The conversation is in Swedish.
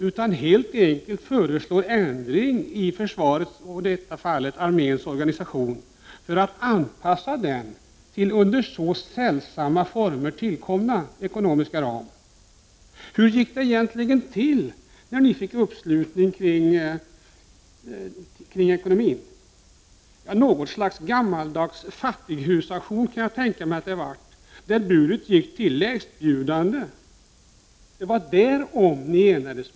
I stället föreslår han ändring i arméns organisation för att anpassa den till under så sällsamma former tillkomna ekonomiska ramar! Hur gick det egentligen till när ni fick uppslutning kring ekonomin? Något slags gammaldags fattighusauktion kan jag tänka mig att det var, där budet gick till lägstbjudande. Det var därom ni enades!